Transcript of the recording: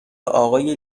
آقای